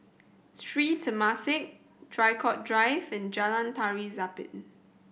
Sri Temasek Draycott Drive and Jalan Tari Zapin